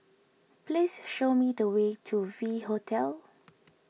please show me the way to V Hotel